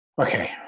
Okay